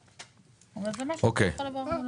אבל זה משהו שאתה יכול לברר.